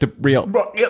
real